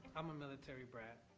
i'm a military brat,